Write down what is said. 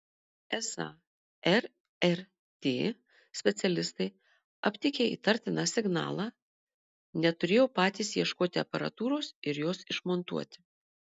esą rrt specialistai aptikę įtartiną signalą neturėjo patys ieškoti aparatūros ir jos išmontuoti